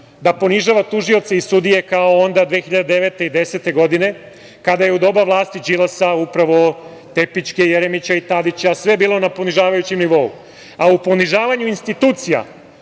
da ponižava tužioce i sudije kao 2009. i 2010. godine kada je u doba vlasti Đilasa, upravo Tepićke, Jeremića i Tadića, sve bilo na ponižavajućem nivou, a u ponižavanju institucija